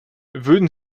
würden